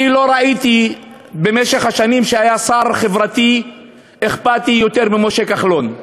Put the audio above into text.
אני לא ראיתי במשך השנים שהיה שר חברתי ואכפתי יותר ממשה כחלון.